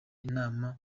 inama